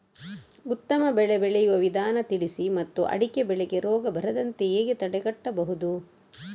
ಉತ್ತಮ ಬೆಳೆ ಬೆಳೆಯುವ ವಿಧಾನ ತಿಳಿಸಿ ಮತ್ತು ಅಡಿಕೆ ಬೆಳೆಗೆ ರೋಗ ಬರದಂತೆ ಹೇಗೆ ತಡೆಗಟ್ಟಬಹುದು?